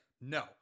no